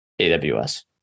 AWS